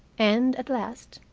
and, at last,